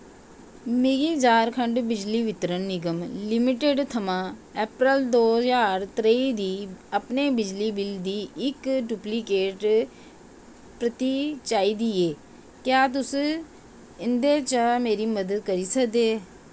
मिगी झारखंड बिजली वितरण निगम लिमिटड थमां अप्रैल दो ज्हार त्रेई दी अपने बिजली बिल दी इक डुप्लीकेट प्रति चाहिदी ऐ क्या तुस एह्दे च मेरी मदद करी सकदे